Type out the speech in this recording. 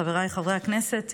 חבריי חברי הכנסת,